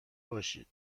باشید